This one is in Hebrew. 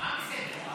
מה בסדר?